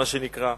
מה שנקרא,